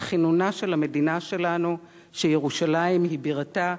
וכינונה של המדינה שלנו, שירושלים היא בירתה,